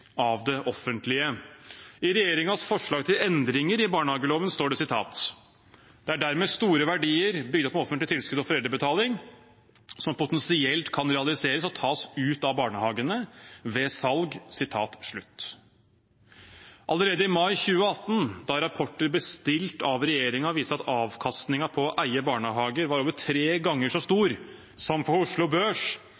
av det offentlige. I regjeringens forslag til endringer i barnehageloven står det: «Det er dermed store verdier bygd opp med offentlige tilskudd og foreldrebetaling som potensielt kan realiseres og tas ut av barnehagene ved salg.» Allerede i mai 2018, da rapporter bestilt av regjeringen viste at avkastingen på å eie barnehager var over tre ganger så